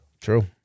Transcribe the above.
True